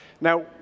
Now